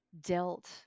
dealt